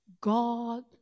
god